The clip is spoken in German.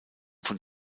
von